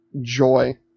joy